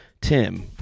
Tim